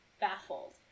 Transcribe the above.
baffled